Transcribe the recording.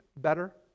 better